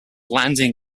landing